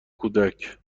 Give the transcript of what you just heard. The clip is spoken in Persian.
کودک